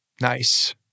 Nice